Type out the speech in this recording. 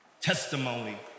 testimony